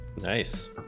Nice